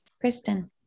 Kristen